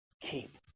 Keep